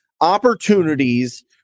opportunities